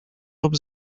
rób